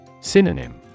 Synonym